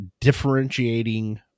differentiating